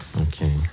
Okay